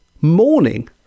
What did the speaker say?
morning